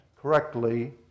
Correctly